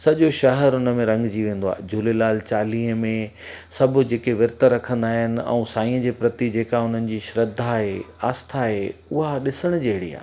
सॼो शहर उन में रंग जी वेंदो आहे झूलेलाल चालीहें में सभु जेके विर्त रखंदा आहिनि ऐं साईंअ जे प्रति जेका उन्हनि जी श्रद्धा आहे आस्था आहे उहा ॾिसणु जहिड़ी आहे